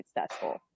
successful